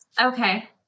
Okay